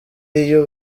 iyo